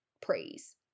praise